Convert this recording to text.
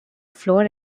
floor